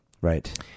right